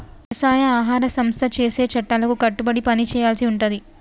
వ్యవసాయ ఆహార సంస్థ చేసే చట్టాలకు కట్టుబడి పని చేయాల్సి ఉంటది